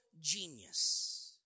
genius